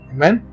Amen